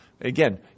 Again